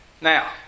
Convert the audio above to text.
Now